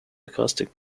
acoustic